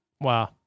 Wow